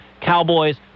Cowboys